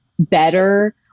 better